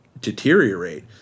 deteriorate